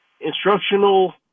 instructional